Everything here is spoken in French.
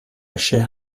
chair